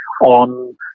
on